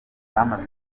bamaze